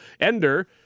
Ender